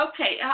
Okay